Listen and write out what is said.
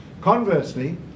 Conversely